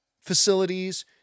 facilities